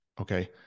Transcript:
Okay